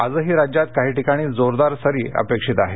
आजही राज्यात काही ठिकाणी जोरदार सरी अपेक्षित आहेत